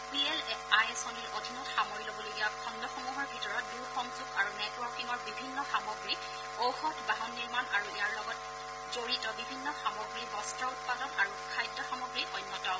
P L I আঁচনিৰ অধীনত সামৰি লবলগীয়া খণ্ডসমূহৰ ভিতৰত দ্ৰসংযোগ আৰু নেটৱৰ্কিঙৰ বিভিন্ন সামগ্ৰী ঔষধ বাহন নিৰ্মাণ আৰু ইয়াৰ সৈতে জড়িত বিভিন্ন সামগ্ৰী বস্ত্ৰ উৎপাদন আৰু খাদ্য সামগ্ৰী অন্যতম